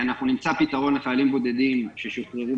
אנחנו נמצא פתרון לחיילים בודדים ששוחררו